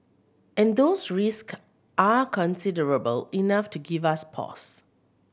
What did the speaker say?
and those risk are considerable enough to give us pause